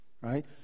right